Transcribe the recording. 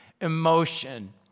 emotion